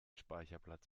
speicherplatz